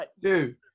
Dude